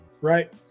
right